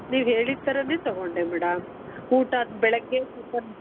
ನೀವು ಹೇಳಿದ ಥರನೇ ತೊಗೊಂಡೆ ಮೇಡಮ್ ಊಟ ಆದ ಬೆಳಗ್ಗೆ ಟಿಫನ್